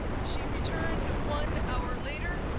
she returned one hour later,